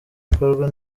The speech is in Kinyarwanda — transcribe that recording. bikorwa